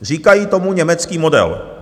Říkají tomu německý model.